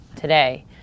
today